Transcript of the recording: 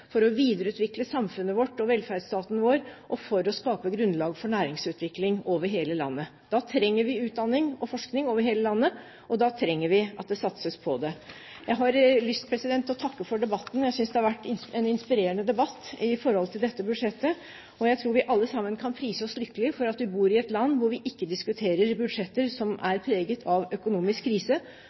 for å videreutvikle samfunnet vårt og velferdsstaten vår og for å skape grunnlag for næringsutvikling over hele landet. Da trenger vi utdanning og forskning over hele landet, og da trenger vi at det satses på det. Jeg har lyst til å takke for debatten. Jeg synes det har vært en inspirerende debatt i forhold til dette budsjettet. Jeg tror vi alle sammen kan prise oss lykkelige for at vi bor i et land hvor vi ikke diskuterer budsjetter som er preget av økonomisk krise,